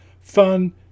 fun